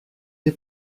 les